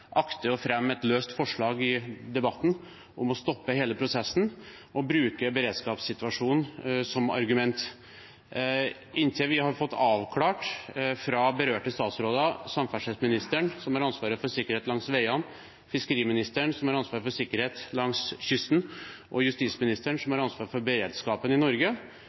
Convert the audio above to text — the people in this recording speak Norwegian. akter å fremme et løst forslag i debatten om å stoppe hele prosessen og bruke beredskapssituasjonen som argument. Inntil vi har fått avklart fra berørte statsråder – samferdselsministeren, som har ansvaret for sikkerhet langs veiene, fiskeriministeren, som har ansvaret for sikkerhet langs kysten, og justisministeren, som har ansvaret for beredskapen i Norge